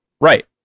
Right